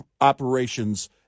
operations